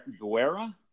Guerra